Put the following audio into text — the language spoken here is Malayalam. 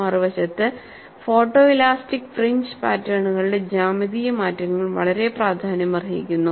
മറുവശത്ത് ഫോട്ടോഇലാസ്റ്റിക് ഫ്രിഞ്ച് പാറ്റേണുകളുടെ ജ്യാമിതീയ മാറ്റങ്ങൾ വളരെ പ്രാധാന്യമർഹിക്കുന്നു